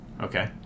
Okay